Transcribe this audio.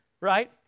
right